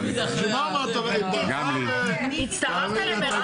אני הולך לפרוץ בבכי תכף...